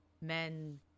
men